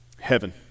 heaven